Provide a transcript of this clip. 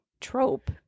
trope